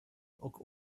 och